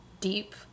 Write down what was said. deep